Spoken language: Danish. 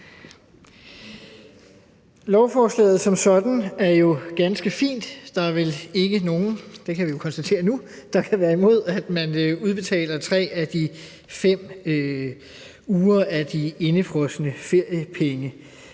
Lovforslaget som sådan er jo ganske fint, og der er vel ikke nogen – det kan vi konstatere nu – der kan være imod, at man udbetaler tre af de fem uger af de indefrosne feriepenge.